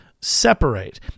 separate